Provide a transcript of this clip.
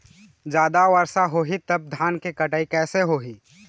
जादा वर्षा होही तब धान के कटाई कैसे होही?